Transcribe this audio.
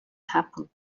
happen